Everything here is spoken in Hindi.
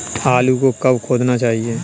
आलू को कब खोदना चाहिए?